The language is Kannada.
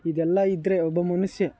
ಇದೆಲ್ಲ ಇದ್ದರೆ ಒಬ್ಬ ಮನುಷ್ಯ